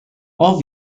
all